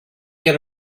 get